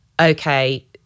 okay